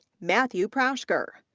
matthew prashker,